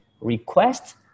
request